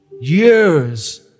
Years